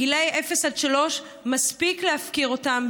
גילי 0 3, מספיק להפקיר אותם.